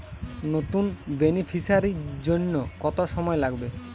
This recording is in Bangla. নতুন বেনিফিসিয়ারি জন্য কত সময় লাগবে?